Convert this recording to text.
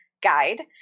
guide